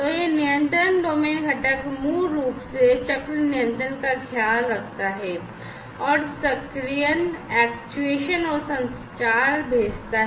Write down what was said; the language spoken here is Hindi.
तो यह नियंत्रण डोमेन घटक मूल रूप से चक्र नियंत्रण का ख्याल रखता है सक्रियण और संचार भेजता है